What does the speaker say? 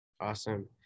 Awesome